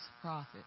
prophet